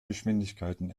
geschwindigkeiten